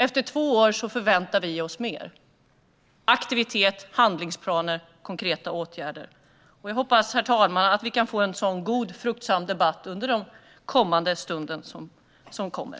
Efter två år förväntar vi oss mer - aktivitet, handlingsplaner och konkreta åtgärder. Jag hoppas, herr talman, att vi kan få en god och fruktsam debatt under stunden som kommer.